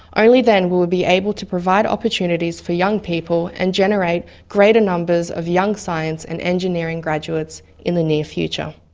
only then will we be able to provide opportunities for young people and generate greater numbers of young science and engineering graduates in the near future.